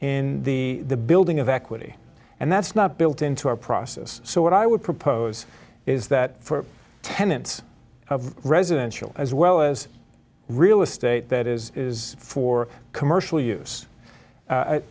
in the building of equity and that's not built into our process so what i would propose is that for tenants of residential as well as real estate that is for commercial use